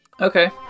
Okay